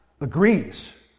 agrees